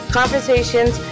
Conversations